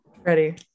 ready